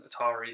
Atari